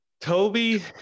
Toby